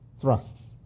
thrusts